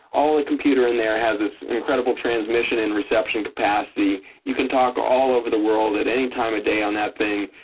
all the computer in there has this incredible transmission and reception capacity. you can talk all over the world at any time of day on that thing.